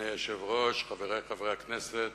אדוני היושב-ראש, חברי חברי הכנסת,